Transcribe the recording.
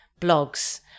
blogs